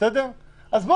אז בוא,